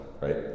right